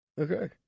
Okay